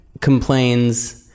complains